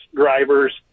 drivers